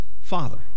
father